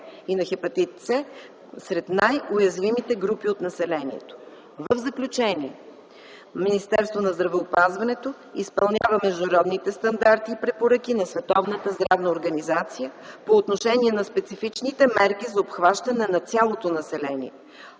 и на хепатит „С” сред най-уязвимите групи от населението. В заключение, Министерството на здравеопазването изпълнява международните стандарти и препоръки на Световната здравна организация по отношение на специфичните мерки за обхващане на цялото население